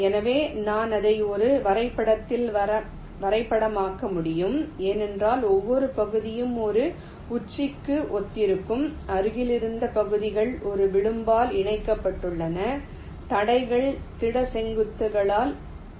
எனவே நான் அதை ஒரு வரைபடத்தில் வரைபடமாக்க முடியும் ஏனென்றால் ஒவ்வொரு பகுதியும் ஒரு உச்சிக்கு ஒத்திருக்கும் அருகிலுள்ள பகுதிகள் ஒரு விளிம்பால் இணைக்கப்பட்டுள்ளன தடைகள் திட செங்குத்துகளால் குறிக்கப்படுகின்றன